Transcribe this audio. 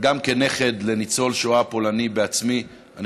גם כנכד לניצול שואה פולני בעצמי אני